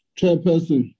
chairperson